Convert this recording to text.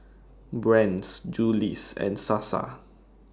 Brand's Julie's and Sasa